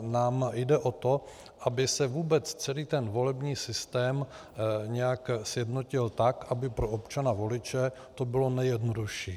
Nám jde o to, aby se vůbec celý ten volební systém nějak sjednotil tak, aby pro občana voliče to bylo nejjednodušší.